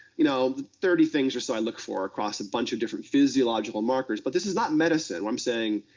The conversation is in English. you know thirty things or so i look for across a bunch of different physiological markers. but this is not medicine, where i'm saying,